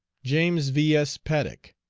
james v. s. paddock,